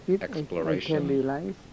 exploration